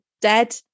dead